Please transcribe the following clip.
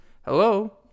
Hello